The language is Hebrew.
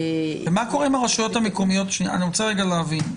אני רוצה להבין.